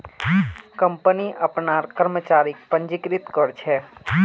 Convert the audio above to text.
company अपनार कर्मचारीक पंजीकृत कर छे